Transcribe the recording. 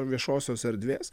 viešosios erdvės